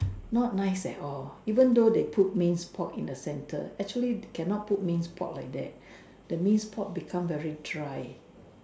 not nice at all even though they put means put in the center actually cannot put means put it there that means put become very dry